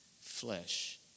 flesh